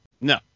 No